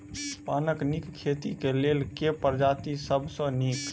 पानक नीक खेती केँ लेल केँ प्रजाति सब सऽ नीक?